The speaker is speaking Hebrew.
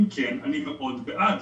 אם כן, אני מאוד בעד.